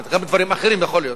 גם בדברים אחרים, יכול להיות.